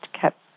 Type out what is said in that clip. kept